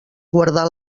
guardar